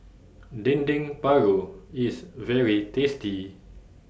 Dendeng Paru IS very tasty